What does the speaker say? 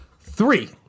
Three